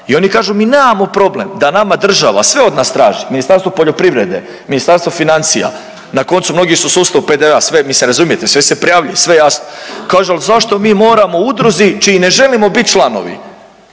I oni kažu mi nemamo problem da nama država sve od nas traži, Ministarstvo poljoprivrede, Ministarstvo financija, na koncu mnogi su u sustavu PDV sve, mislim razumijete, sve se prijavljuje, sve je jasno, kaže ali mi moramo udruzi čiji ne želimo biti članovi